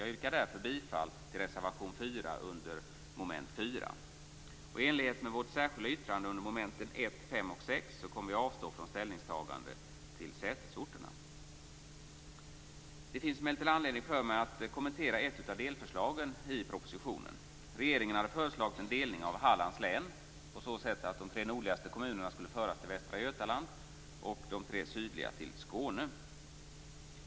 Jag yrkar därför bifall till reservation 4 under mom. 4. 1, 5 och 6 kommer vi att avstå från ställningstagande till sätesorterna. Det finns emellertid anledning för mig att kommentera ett av delförslagen i propositionen. Regeringen hade föreslagit en delning av Hallands län på så sätt att de tre nordligaste kommunerna skulle föras till Västra Götaland och de tre sydligaste till Skåne.